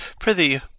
Prithee